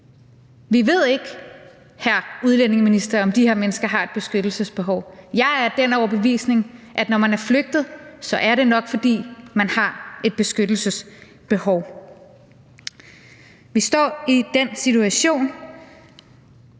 om de her mennesker har et beskyttelsesbehov. Jeg er af den overbevisning, at når man er flygtet, er det nok, fordi man har et beskyttelsesbehov. Vi står i den situation,